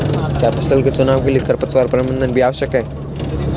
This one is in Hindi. क्या फसल के चुनाव के लिए खरपतवार प्रबंधन भी आवश्यक है?